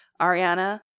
ariana